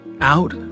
out